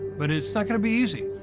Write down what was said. but it's not going to be easy.